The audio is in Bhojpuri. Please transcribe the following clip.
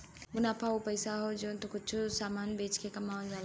मुनाफा उ पइसा हौ जौन तू कुच्छों समान बेच के कमावल जाला